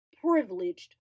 privileged